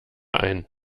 ein